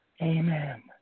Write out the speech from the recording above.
Amen